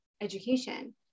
education